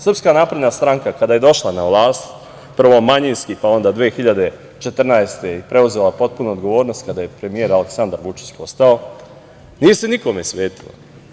Srpska napredna stranka kada je došla na vlast, prvo manjinski, pa onda 2014. godine i preuzela potpunu odgovornost kada je premijer Aleksandar Vučić postao, nije se nikome svetila.